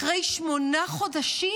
אחרי שמונה חודשים,